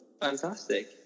Fantastic